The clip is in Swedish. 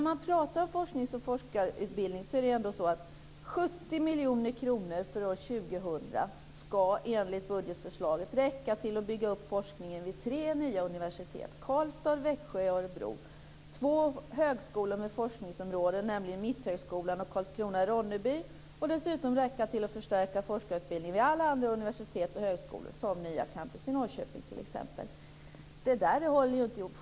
Man pratar om forskning och forskarutbildning, men enligt budgetförslaget för år 2000 skall 70 miljoner räcka till att bygga upp forskningen vid tre nya universitet - Karlstad, Växjö och Örebro - till två högskolor med forskningsområde, nämligen Mitthögskolan och Karlskrona/Ronneby, och dessutom till att förstärka forskarutbildningen vid alla andra universitet och högskolor, som Nya Campus i Norrköping. Det håller inte.